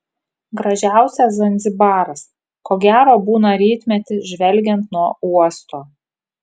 gražiausias zanzibaras ko gero būna rytmetį žvelgiant nuo uosto